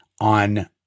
on